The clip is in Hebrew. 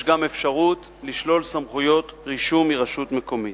יש גם אפשרות לשלול סמכויות רישום מרשות מקומית.